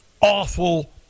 awful